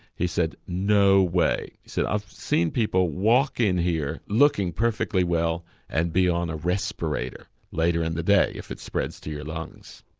he said no way, he said i've seen people walk in here looking perfectly well and be on a respirator later in the day if it spreads to your lungs.